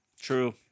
True